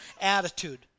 attitude